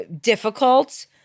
difficult